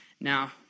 Now